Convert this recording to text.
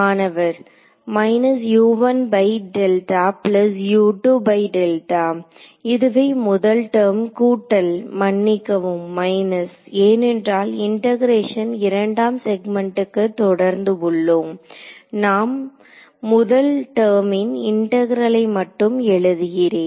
மாணவர் இதுவே முதல் டெர்ம் கூட்டல் மன்னிக்கவும் மைனஸ் ஏனென்றால் இண்டெகரேஷனை இரண்டாம் செக்மெண்ட்க்கு தொடர்ந்து உள்ளோம் நான் முதல் டெர்மின் இன்டெக்ரலை மட்டும் எழுதுகிறேன்